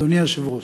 אדוני היושב-ראש,